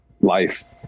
life